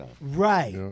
Right